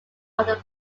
other